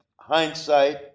hindsight